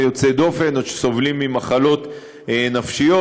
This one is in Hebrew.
יוצא דופן או סובלים ממחלות נפשיות,